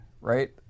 right